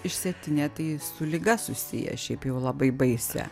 išsėtinė tai su liga susiję šiaip jau labai baisia